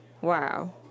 wow